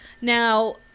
Now